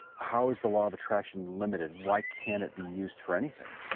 how is the law of attraction limited? why can't it be used for anything?